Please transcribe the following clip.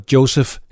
Joseph